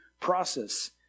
process